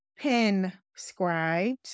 penscribed